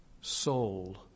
soul